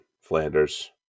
flanders